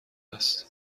است